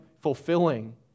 fulfilling